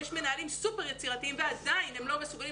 יש מנהלים סופר יצירתיים ועדיין הם לא מסוגלים